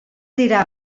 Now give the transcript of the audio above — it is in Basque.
dira